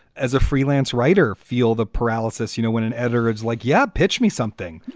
as a freelance writer, feel the paralysis. you know, when an editor is like, yeah, pitch me something.